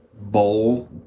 bowl